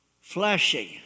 Flashing